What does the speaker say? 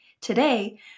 Today